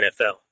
NFL